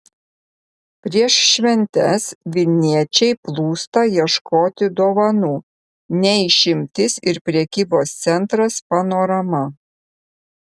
prieš šventes vilniečiai plūsta ieškoti dovanų ne išimtis ir prekybos centras panorama